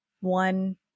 one